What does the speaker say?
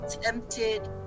tempted